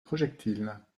projectiles